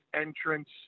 entrance